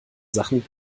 sachen